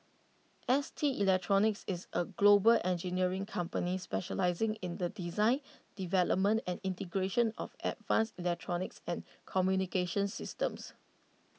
S T electronics is A global engineering company specialising in the design development and integration of advanced electronics and communications systems